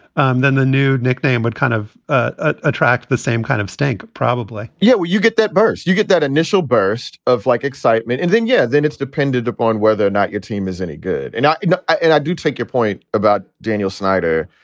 um then the new nickname would kind of ah attract the same kind of stink probably yeah. you get that burse, you get that initial burst of like excitement and then. yeah. then it's dependent upon whether or not your team is any good and or not. and i do take your point about daniel snyder.